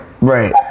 right